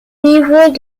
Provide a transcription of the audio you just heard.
niveaux